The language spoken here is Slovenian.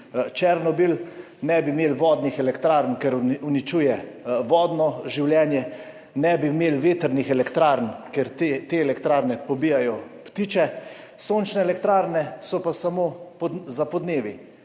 Černobil, ne bi imeli vodnih elektrarn, ker uničujejo vodno življenje, ne bi imeli vetrnih elektrarn, ker te elektrarne pobijajo ptiče, sončne elektrarne so pa samo za podnevi,